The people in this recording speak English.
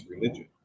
religion